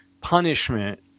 punishment